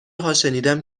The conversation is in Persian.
هاشنیدم